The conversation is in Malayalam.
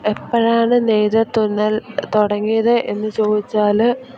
എപ്പോഴാണ് നെയ്തു തുന്നൽ തുടങ്ങിയത് എന്നു ചോദിച്ചാൽ